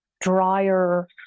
drier